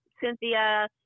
Cynthia